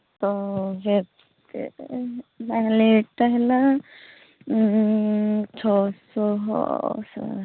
ତ ତା ରେଟ୍ ହେଲା ଛଅଶହ